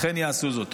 אכן יעשו זאת.